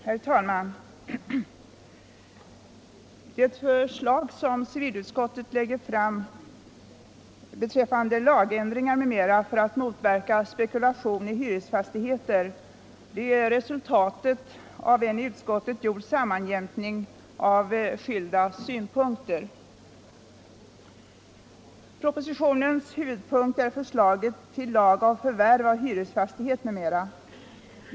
Herr talman! Det förslag som civilutskottet lägger fram beträffande lagändringar m.m. för att motverka spekulation i hyresfastigheter är resultatet av en i utskottet gjord sammanjämkning av skilda synpunkter. Propositionens huvudpunkt är förslaget till lag om förvärv av hyresfastighet m.m.